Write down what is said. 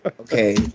Okay